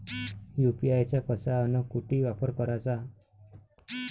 UPI चा कसा अन कुटी वापर कराचा?